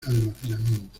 almacenamiento